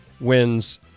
wins